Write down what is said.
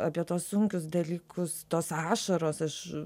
apie tuos sunkius dalykus tos ašaros aš